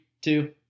two